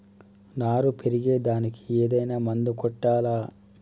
నారు పెరిగే దానికి ఏదైనా మందు కొట్టాలా?